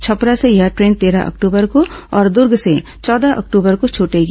छपरा से यह ट्रेन तेरह अक्टूबर को और दुर्ग से चौदह अक्टूबर को छूटेगी